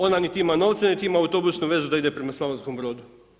Ona niti ima novce niti ima autobusnu vezu da ide prema Slavonskom Brodu.